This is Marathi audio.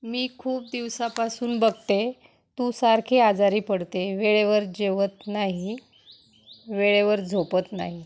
मी खूप दिवसांपासून बघते आहे तू सारखी आजारी पडते वेळेवर जेवत नाही वेळेवर झोपत नाही